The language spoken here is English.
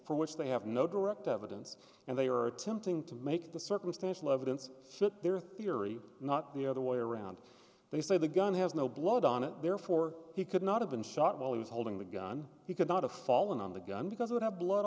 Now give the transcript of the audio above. for which they have no direct evidence and they are attempting to make the circumstantial evidence fit their theory not the other way around they say the gun has no blood on it therefore he could not have been shot while he was holding the gun he could not have fallen on the gun because i would have blood